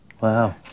Wow